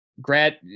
grad